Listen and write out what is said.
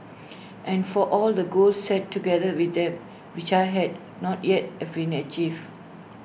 and for all the goals set together with them which I had not yet have been achieved